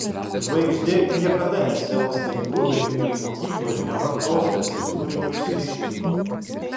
žvaigždė niekada nesielgs taip grubiai ir mokykloje nevartos necenzūrinių išsireiškimų